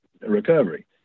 recovery